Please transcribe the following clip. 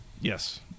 Yes